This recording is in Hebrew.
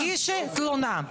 תגישי תלונה.